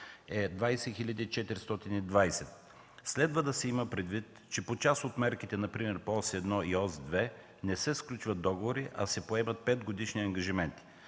хил. 420. Следва да се има предвид, че по част от мерките, например по Ос 1 и Ос 2 не се сключват договори, а се приемат петгодишни ангажименти.